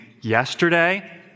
yesterday